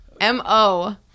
M-O